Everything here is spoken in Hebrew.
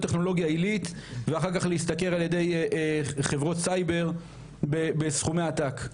טכנולוגיה עלית ואחר כך להשתכר על ידי חברות סייבר בסכומי עתק.